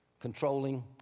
Controlling